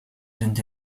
sind